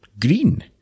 Green